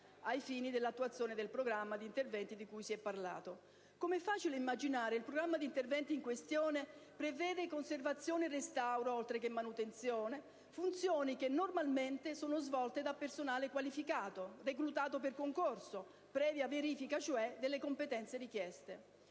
ai fini dell'attuazione del programma di interventi di cui al comma 1. Com'è facile immaginare, il programma di interventi in questione prevede conservazione e restauro, oltre che manutenzione: funzioni che normalmente sono svolte da personale qualificato, reclutato per concorso, previa verifica delle competenze richieste.